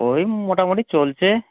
ওই মোটামুটি চলছে